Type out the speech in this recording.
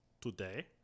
today